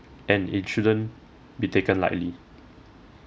and it shouldn't be taken lightly